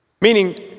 Meaning